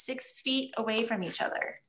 six feet away from each other